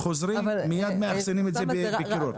חוזרים ומיד מאחסנים את זה בקירור.